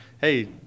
hey